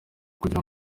kugira